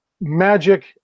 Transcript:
magic